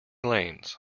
lanes